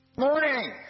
morning